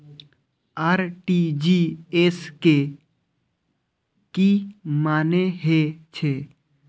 RTGS के की मानें हे छे?